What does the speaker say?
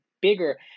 bigger